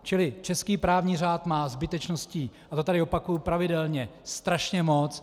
Čili český právní řád má zbytečností, a to tady opakuji pravidelně, strašně moc.